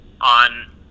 on